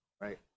right